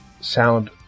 sound